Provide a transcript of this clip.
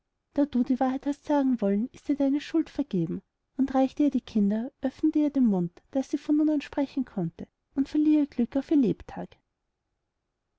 da du die wahrheit hast sagen wollen ist dir deine schuld vergeben und reichte ihr die kinder öffnete ihr den mund daß sie von nun an sprechen konnte und verlieh ihr glück auf ihr lebtag